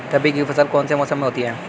रबी की फसल कौन से मौसम में होती है?